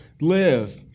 live